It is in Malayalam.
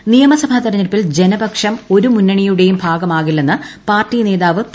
സി ജോർജ് നിയമസഭാ തെരഞ്ഞെടുപ്പിൽ ജനപക്ഷം ഒരു മുന്നണിയുടെയും ഭാഗമാകില്ലെന്ന് പാർട്ടി ന്യോ്വ് പി